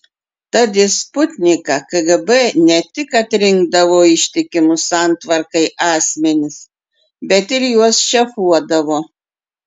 tad į sputniką kgb ne tik atrinkdavo ištikimus santvarkai asmenis bet ir juos šefuodavo